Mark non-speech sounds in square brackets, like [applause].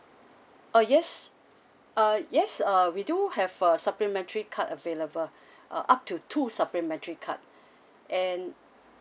uh yes uh yes uh we do have a supplementary card available [breath] uh up to two supplementary card [breath] and